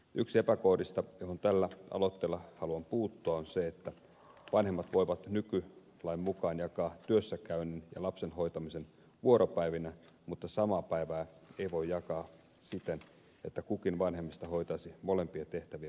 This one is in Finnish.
yksi epäkohdista johon tällä aloitteellani haluan puuttua on se että vanhemmat voivat nykylain mukaan jakaa työssäkäynnin ja lapsen hoitamisen vuoropäivinä mutta samaa päivää ei voi jakaa siten että kukin vanhemmista hoitaisi molempia tehtäviä puolipäiväisesti